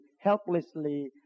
helplessly